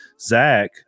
Zach